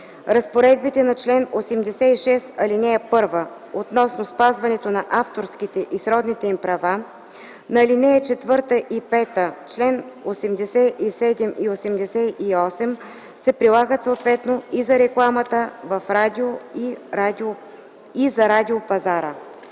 Разпоредбите на чл. 86, ал. 1 относно спазването на авторските и сродните им права, на ал. 4 и 5, чл. 87 и 88 се прилагат съответно и за рекламата в радио и за радиопазара.”